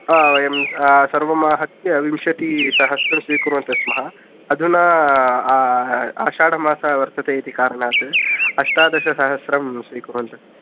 वयं सर्वमाहत्य विंशतिसहस्रं स्वीकुर्वन्तः स्मः अधुना आषाढमासः वर्तते इति कारणात् अष्टादशसहस्रं स्वीकुर्वन्तः स्मः